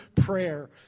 prayer